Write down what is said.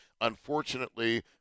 unfortunately